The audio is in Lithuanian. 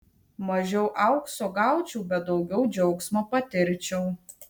mažiau aukso gaučiau bet daugiau džiaugsmo patirčiau